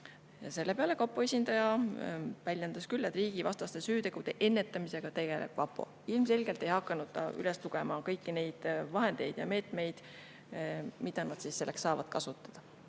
Selle peale kapo esindaja väljendas küll, et riigivastaste süütegude ennetamisega tegeleb kapo. Ilmselgelt ei hakanud ta üles lugema kõiki neid vahendeid ja meetmeid, mida nad selleks saavad kasutada.